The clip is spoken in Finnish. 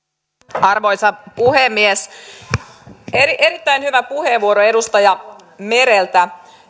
arvoisa puhemies erittäin hyvä puheenvuoro edustaja mereltä